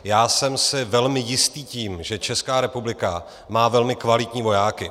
Já jsem si velmi jistý tím, že Česká republika má velmi kvalitní vojáky.